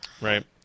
Right